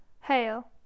hail